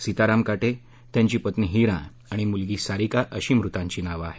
सीताराम काटे त्यांची पत्नी हिरा आणि मुलगी सारिका अशी मृतांची नावं आहेत